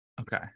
Okay